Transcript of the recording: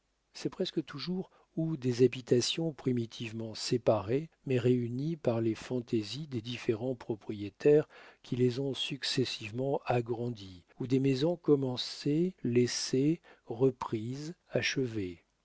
c'est presque toujours ou des habitations primitivement séparées mais réunies par les fantaisies des différents propriétaires qui les ont successivement agrandies ou des maisons commencées laissées reprises achevées